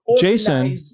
Jason